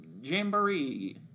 Jamboree